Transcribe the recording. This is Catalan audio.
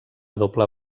doble